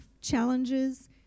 challenges